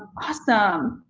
awesome.